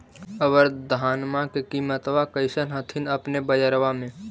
अबर धानमा के किमत्बा कैसन हखिन अपने के बजरबा में?